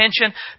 attention